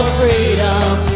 freedom